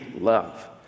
love